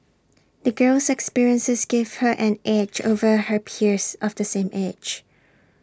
the girl's experiences gave her an edge over her peers of the same age